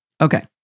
Okay